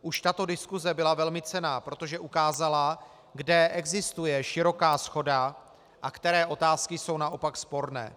Už tato diskuse byla velmi cenná, protože ukázala, kde existuje široká shoda a které otázky jsou naopak sporné.